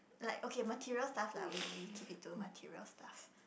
like okay material stuff lah we we keep it to material stuff